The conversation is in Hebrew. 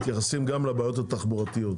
מתייחסים גם לבעיות התחבורתיות.